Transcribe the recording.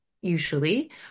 Usually